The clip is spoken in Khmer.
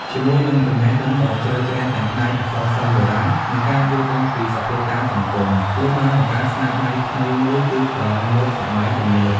ជាមួយនឹងចំណេះដឹងដ៏ជ្រៅជ្រះទាំងផ្នែកអក្សរសិល្ប៍បុរាណ និងការយល់ដឹងពីសភាពការណ៍សង្គម លោកបានបង្កើតស្នាដៃថ្មីមួយគឺប្រលោមលោកសម័យទំនើប។